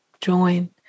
join